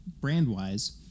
brand-wise